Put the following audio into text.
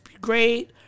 great